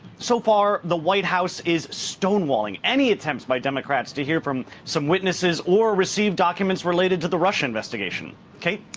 so far, the white house is stonewalling any attempts by democrats to hear from some witnesses or receive documents related to the russia investigation. kate?